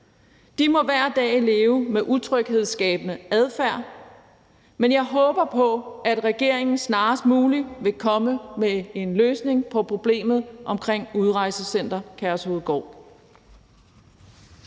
De må hver dag leve med utryghedsskabende adfærd, men jeg håber på, at regeringen snarest muligt vil komme med en løsning på problemet omkring Udrejsecenter Kærshovedgård.